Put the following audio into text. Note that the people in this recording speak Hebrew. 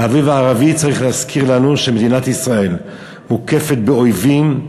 האביב הערבי צריך להזכיר לנו שמדינת ישראל מוקפת באויבים.